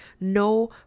no